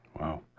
Wow